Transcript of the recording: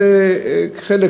זה חלק